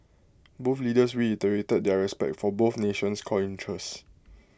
both leaders reiterated their respect for both nation's core interests